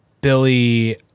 Billy